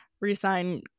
re-sign